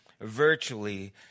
virtually